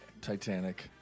Titanic